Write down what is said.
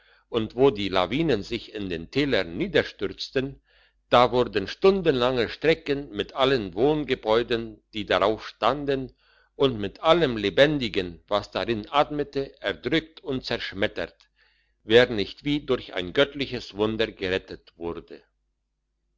und wo die lawinen sich in den tälern niederstürzten da wurden stundenlange strecken mit allen wohngebäuden die darauf standen und mit allem lebendigen was darin atmete erdrückt und zerschmettert wer nicht wie durch ein göttliches wunder gerettet wurde